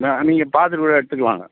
ஆ நீங்கள் பார்த்துக் கூட எடுத்துக்கலாங்க